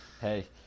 Hey